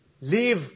leave